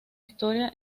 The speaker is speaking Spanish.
historia